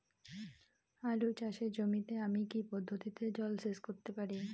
আলু চাষে জমিতে আমি কী পদ্ধতিতে জলসেচ করতে পারি?